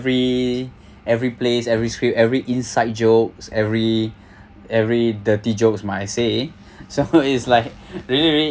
every place every script every inside jokes every every dirty jokes might I say so is like really really